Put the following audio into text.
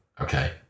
Okay